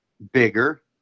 bigger